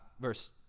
verse